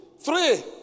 three